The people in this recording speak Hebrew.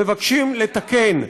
מבקשים לתקן.